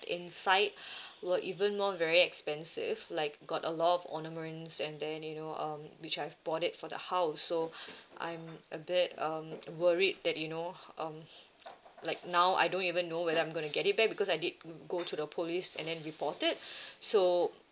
inside were even more very expensive like got a lot of ornaments and then you know um which I've bought it for the house so I'm a bit um worried that you know um like now I don't even know whether I'm gonna get it back because I did go to the police and then reported so